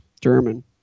German